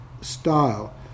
style